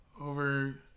over